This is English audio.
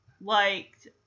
liked